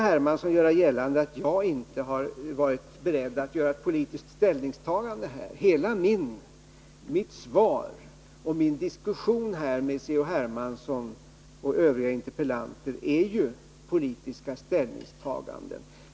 Hermansson hävdar att jag inte varit beredd att göra ett politiskt ställningstagande här. Men hela mitt svar och alla mina uttalanden i diskussionen här med C.-H. Hermansson och övriga som har yttrat sig under debatten är ju politiska ställningstaganden.